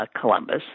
Columbus